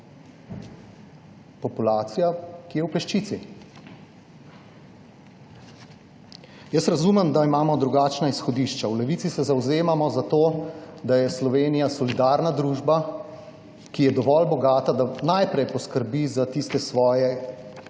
Populacija, ki je v peščici. Jaz razumem, da imamo drugačna izhodišča. V Levici se zavzemamo za to, da je Slovenija solidarna družba, ki je dovolj bogata, da najprej poskrbi za tiste,